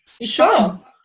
Sure